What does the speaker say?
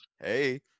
Hey